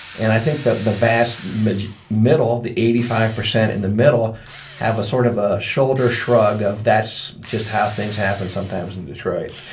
and i think that the vast middle middle, the eighty five percent in the middle have a sort of a shoulder shrug off. that's just how things happen sometimes in detroit.